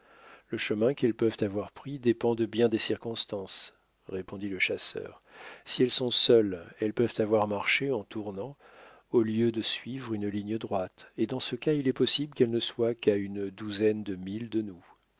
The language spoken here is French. le chemin qu'elles peuvent avoir pris dépend de bien des circonstances répondit le chasseur si elles sont seules elles peuvent avoir marché en tournant au lieu de suivre une ligne droite et dans ce cas il est possible qu'elles ne soient qu'à une douzaine de milles de nous